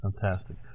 Fantastic